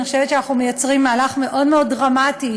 אני חושבת שאנחנו מייצרים מהלך מאוד מאוד דרמטי,